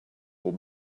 pour